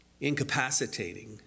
incapacitating